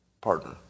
partner